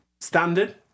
standard